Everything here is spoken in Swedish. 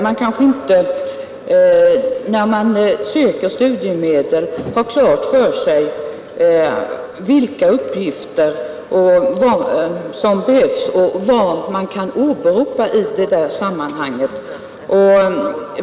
När man söker studiemedel har man kanske inte klart för sig vilka uppgifter som behövs och vad man kan åberopa i sammanhanget.